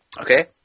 Okay